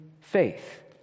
faith